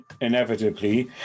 inevitably